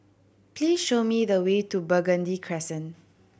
please show me the way to Burgundy Crescent